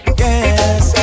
yes